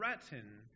threaten